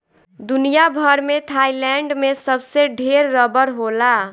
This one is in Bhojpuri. दुनिया भर में थाईलैंड में सबसे ढेर रबड़ होला